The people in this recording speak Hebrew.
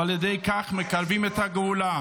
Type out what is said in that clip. ועל ידי כך מקרבים את הגאולה,